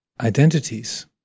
identities